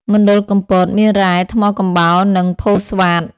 មណ្ឌលកំពត មានរ៉ែ ថ្មកំបោរ និងផូស្វាត។